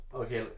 okay